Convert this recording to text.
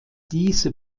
diese